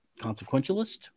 consequentialist